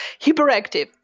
hyperactive